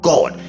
God